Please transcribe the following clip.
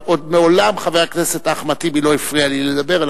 אבל עוד מעולם חבר הכנסת אחמד טיבי לא הפריע לי לדבר.